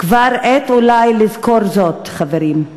כבר עת אולי לזכור זאת, חברים.